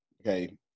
Okay